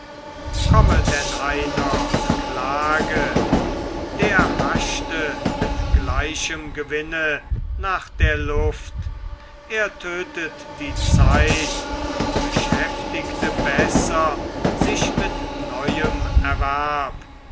komme dann einer und klage der haschte mit gleichem gewinne nach der luft er tötet die zeit und beschäftigte besser sich mit neuem erwerb